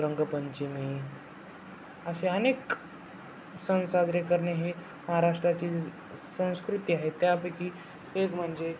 रंगपंचमी असे अनेक सण साजरे करणे हे महाराष्ट्राची संस्कृती आहे त्यापैकी एक म्हणजे